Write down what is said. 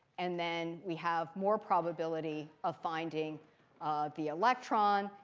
and then we have more probability of finding the electron.